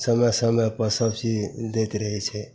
समय समयपर सबचीज दैत रहै छै